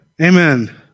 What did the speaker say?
Amen